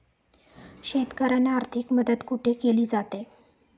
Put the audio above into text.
शेतकऱ्यांना आर्थिक मदत कुठे केली जाते?